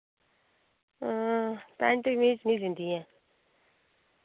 pant कमीज निं सींदी ऐ